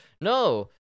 No